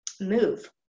move